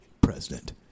president